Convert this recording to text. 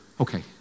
okay